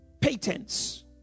patents